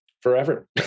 forever